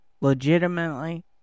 legitimately